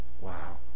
Wow